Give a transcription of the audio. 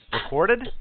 Recorded